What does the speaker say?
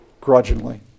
grudgingly